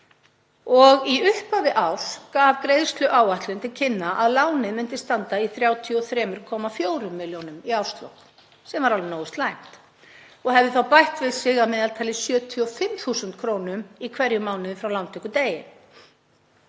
Í upphafi árs gaf greiðsluáætlun til kynna að lánið myndi standa í 33,4 milljónum í árslok sem var alveg nógu slæmt og hefði þá bætt við sig að meðaltali 75.000 kr. í hverjum mánuði frá lántökudegi.